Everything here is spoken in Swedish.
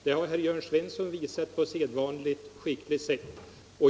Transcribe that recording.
Det har herr Svensson i Malmö illustrerat på sedvanligt skickligt sätt.